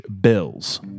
Bills